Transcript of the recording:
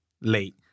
late